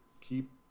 keep